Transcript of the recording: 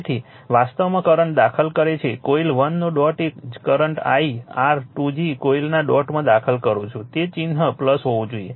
તેથી વાસ્તવમાં કરંટ દાખલ કરે છે કોઇલ 1 નો ડોટ એ જ કરંટ i r 2જી કોઇલના ડોટમાં દાખલ કરું છું તેથી ચિહ્ન હોવું જોઈએ